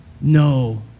no